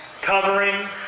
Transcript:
covering